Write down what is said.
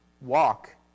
walk